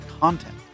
content